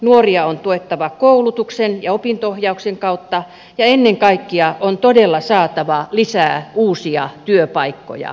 nuoria on tuettava koulutuksen ja opinto ohjauksen kautta ja ennen kaikkea on todella saatava lisää uusia työpaikkoja